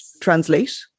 translate